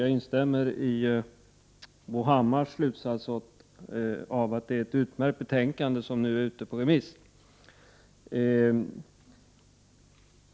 Jag instämmer i Bo Hammars slutsats om att det är ett utmärkt betänkande som nu är ute på remiss.